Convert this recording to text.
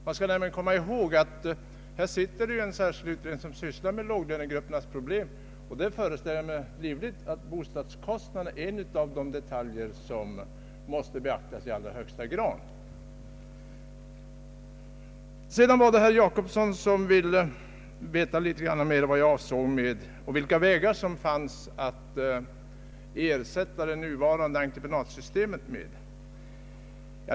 Man skall nämligen komma ihåg att det sitter en särskild utredning som sysslar med låglönegruppernas problem, och jag föreställer mig livligt att bostadskostnaderna är en av de detaljer som måste beaktas i allra högsta grad. Sedan var det herr Jacobsson som ville veta närmare vilka vägar som fanns för att enligt min mening ersätta det nuvarande entreprenadsystemet.